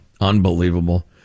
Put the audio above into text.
unbelievable